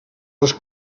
les